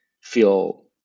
feel